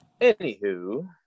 Anywho